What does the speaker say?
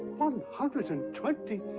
one hundred and twenty!